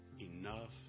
Enough